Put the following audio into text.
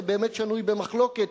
זה באמת שנוי במחלוקת,